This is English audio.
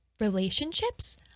relationships